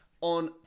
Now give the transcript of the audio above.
on